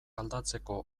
aldatzeko